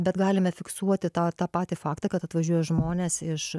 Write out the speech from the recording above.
bet galime fiksuoti tą tą patį faktą kad atvažiuoja žmonės iš